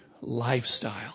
lifestyle